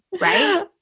Right